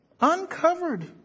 Uncovered